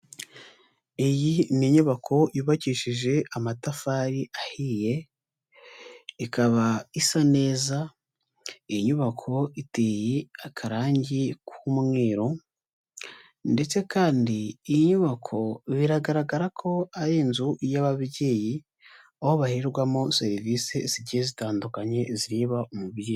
Iyi ni inyubako yubakishije amatafari ahiye ikaba isa neza, iyi inyubako iteye akarange k'umweru ndetse kandi iyi nyubako biragaragara ko ari inzu y'ababyeyi, aho baherwamo serivise zigiye zitandukanye zireba umubyeyi.